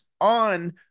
on